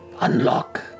unlock